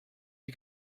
you